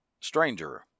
stranger